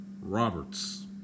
Roberts